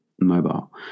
mobile